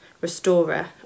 restorer